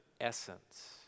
essence